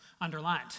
underlined